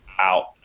out